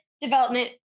development